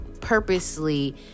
purposely